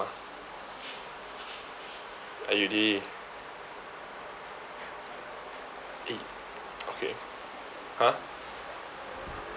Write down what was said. I eat already eh okay !huh!